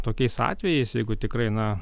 tokiais atvejais jeigu tikrai na